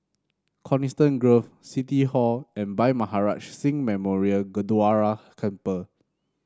Coniston Grove City Hall and Bhai Maharaj Singh Memorial Gurdwara Temple